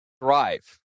thrive